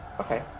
Okay